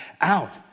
Out